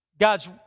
God's